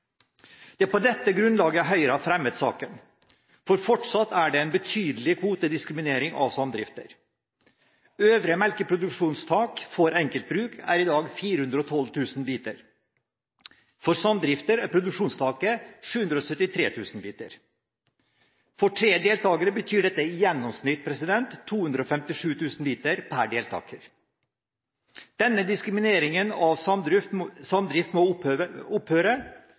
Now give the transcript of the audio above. Det er på dette grunnlaget Høyre har fremmet saken, for fortsatt er det en betydelig kvotediskriminering av samdrifter. Øvre melkeproduksjonstak for enkeltbruk er i dag 412 000 liter, for samdrifter er produksjonstaket 773 000 liter. For tre deltakere betyr dette i gjennomsnitt 257 000 liter per deltaker. Denne diskrimineringen av samdrift må opphøre. Særskilte kvotetak og antalls- og avstandsreguleringer bør opphøre.